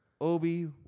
Obi